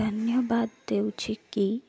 ଧନ୍ୟବାଦ ଦେଉଛି କି